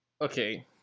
Okay